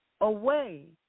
away